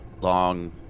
long